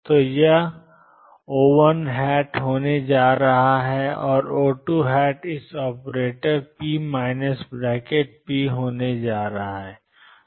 तो यह O1 होने जा रहा है और O2 इस ऑपरेटर p ⟨p⟩ होने जा रहा है